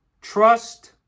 Trust